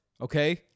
okay